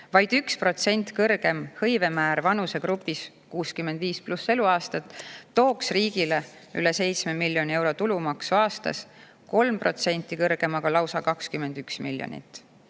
Vaid 1% kõrgem hõivemäär vanusegrupis 65+ eluaastat tooks riigile üle 7 miljoni euro tulumaksu aastas, 3% kõrgem aga lausa 21 miljonit.